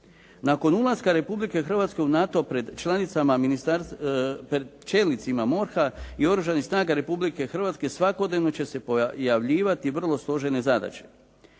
Nakon ulaska Republike Hrvatske u NATO pred čelnicima MORH-a i Oružanih snaga Republike Hrvatske svakodnevno će se pojavljivati vrlo složene zadaće.